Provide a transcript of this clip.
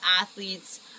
athletes